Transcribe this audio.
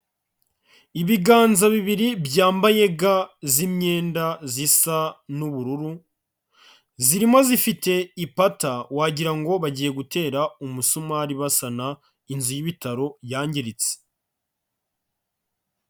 Ibiganza bibiri byambaye ga z'imyenda zisa n'ubururu, zirimo zifite ipata wagira ngo bagiye gutera umusumari basana inzu y'ibitaro yangiritse.